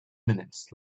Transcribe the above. minutes